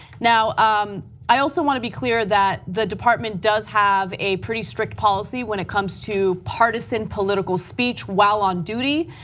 um i also want to be clear that the department does have a pretty strict policy when it comes to partisan political speech while on duty.